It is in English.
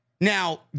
Now